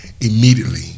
Immediately